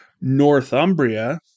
Northumbria